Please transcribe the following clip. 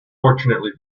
fortunately